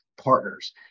partners